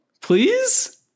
Please